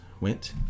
went